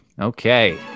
okay